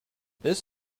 this